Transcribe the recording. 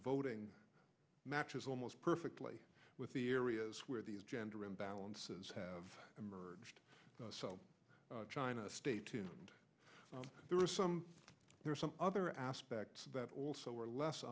voting matches almost perfectly with the areas where these gender imbalances have emerged so china stay tuned there are some there are some other aspects that also are less